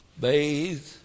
Bathe